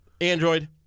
Android